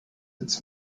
its